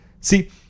See